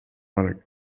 modern